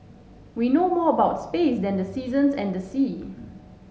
we know more about space than the seasons and the sea